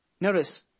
Notice